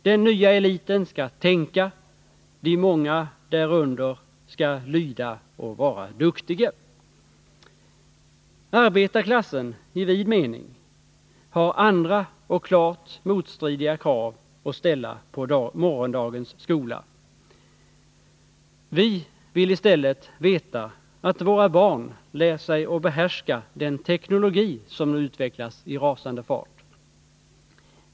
Den nya eliten skall tänka, de många därunder skall lyda och vara duktiga. Arbetarklassen i vid mening har andra och klart motstridiga krav att ställa på morgondagens skola. Vi vill i stället veta att våra barn lär sig att behärska den teknologi som nu utvecklas i rasande fart.